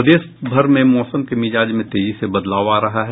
प्रदेशभर में मौसम के मिजाज में तेजी से बदलाव आ रहा है